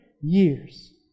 years